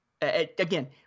again